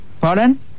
pardon